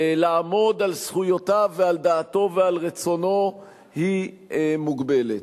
לעמוד על זכויותיו ועל דעתו ועל רצונו היא מוגבלת.